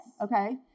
Okay